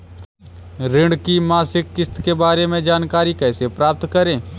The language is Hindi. ऋण की मासिक किस्त के बारे में जानकारी कैसे प्राप्त करें?